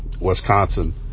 Wisconsin